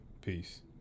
Peace